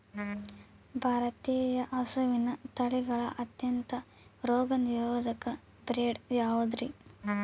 ಭಾರತೇಯ ಹಸುವಿನ ತಳಿಗಳ ಅತ್ಯಂತ ರೋಗನಿರೋಧಕ ಬ್ರೇಡ್ ಯಾವುದ್ರಿ?